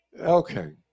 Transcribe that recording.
okay